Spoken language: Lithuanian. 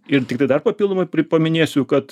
ir tiktai dar papildomai pri paminėsiu kad